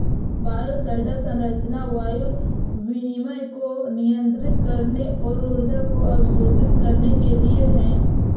bioshelter संरचना वायु विनिमय को नियंत्रित करने और ऊर्जा को अवशोषित करने के लिए है